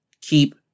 Keep